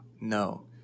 No